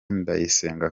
ndayisenga